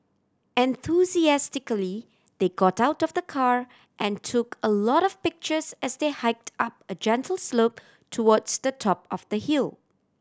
enthusiastically they got out of the car and took a lot of pictures as they hiked up a gentle slope towards the top of the hill